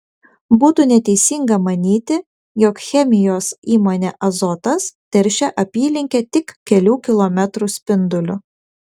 būtų neteisinga manyti jog chemijos įmonė azotas teršia apylinkę tik kelių kilometrų spinduliu